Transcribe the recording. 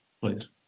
please